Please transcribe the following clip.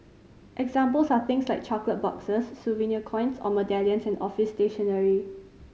examples are things like chocolate boxes souvenir coins or medallions and office stationery